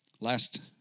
Last